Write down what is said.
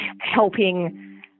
helping